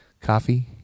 Coffee